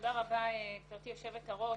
תודה רבה, גברתי היושבת-ראש.